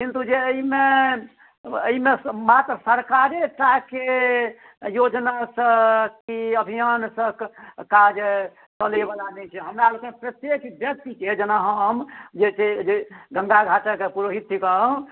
किन्तु जे एहिमे एहिमे मात्र सरकारे टाके योजनासँ की अभियानसँ कार्य बनयवला नहि छै हमरा लोकनि प्रत्येक व्यक्तिके जेना हम जे छै से गङ्गा घाटक पुरोहित थिकहुँ